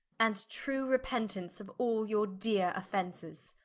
and true repentance of all your deare offences.